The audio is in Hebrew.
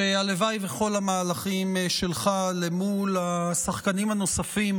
שהלוואי שכל המהלכים שלך מול השחקנים הנוספים